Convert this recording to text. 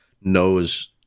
knows